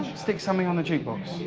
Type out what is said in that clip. something on the jukebox.